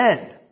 end